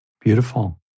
Beautiful